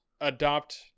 adopt